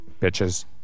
bitches